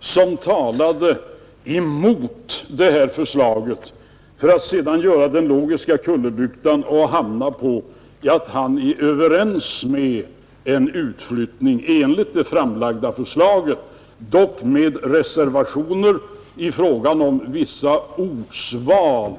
som talade emot förslaget för att sedan göra den logiska kullerbyttan att slutligen hamna på den ståndpunkten att gå med på en utflyttning enligt det framlagda förslaget, dock med reservationer i fråga om vissa ortsval.